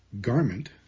garment